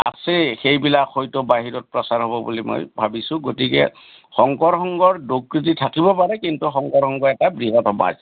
আছে সেইবিলাক হয়তো বাহিৰত প্ৰচাৰ হ'ব বুলি মই ভাবিছোঁ গতিকে শংকৰ সংঘৰ দোষ ক্ৰোটি থাকিব পাৰে কিন্তু শংকৰ সংঘ এটা বৃহৎ সমাজ